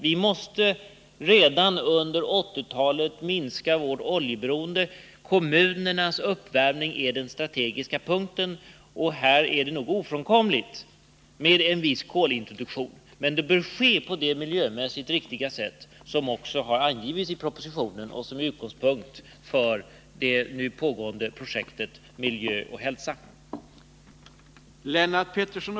Vi måste redan under 1980-talet minska vårt oljeberoende. Kommunernas uppvärmning är den strategiska punkten. Här är det nog ofrånkomligt med en viss kolintroduktion. Den bör ske på det miljömässigt riktiga sätt som har angivits i propositionen och som är utgångspunkt för det nu pågående projektet Miljö och hälsa.